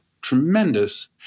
tremendous